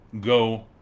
go